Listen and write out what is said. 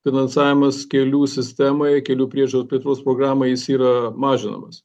finansavimas kelių sistemai kelių priežiūros plėtros programai jis yra mažinamas